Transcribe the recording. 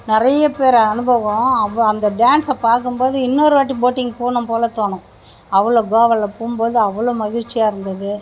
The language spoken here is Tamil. நிறைய பேர் அனுபவம் அப்போது அந்த டேன்ஸை பார்க்கும்போது இன்னொருவாட்டி போட்டிங் போகணும் போல் தோணும் அவ்வளோ கோவாவில் போகும்போது அவ்வளோ மகிழ்ச்சியாக இருந்தது